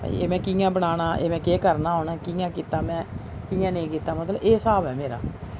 एह् में कि'यां बनाना एह् में केह् करना हून जां कि'यां कीता में कि'यां नेईं कीता मतलब एह् स्हाब ऐ मेरा